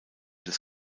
des